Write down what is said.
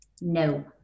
No